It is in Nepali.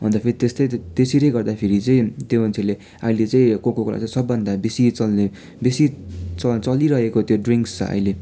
अन्त फेरि त्यस्तै त्यसरी गर्दा फेरि चाहिँ त्यो मान्छेले अहिले चाहिँ कोको कोला चाहिँ सबभन्दा बेसी चल्ने बेसी चली चलिरहेको त्यो ड्रिङ्क्स छ अहिले